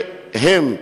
שהם,